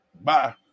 Bye